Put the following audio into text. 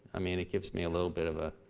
i mean it gives me a little bit of a